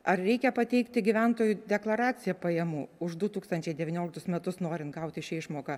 ar reikia pateikti gyventojų deklaraciją pajamų už du tūkstančiai devynioliktus metus norint gauti šią išmoką